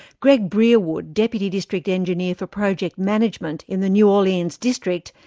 greg breerwood, deputy district engineer for project management in the new orleans district,